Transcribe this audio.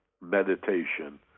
meditation